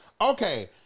Okay